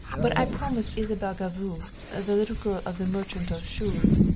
but i promise isabelle gaveau, the little girl of the merchant of shoes,